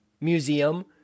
museum